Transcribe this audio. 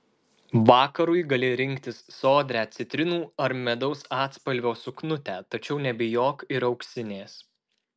vakarui gali rinktis sodrią citrinų ar medaus atspalvio suknutę tačiau nebijok ir auksinės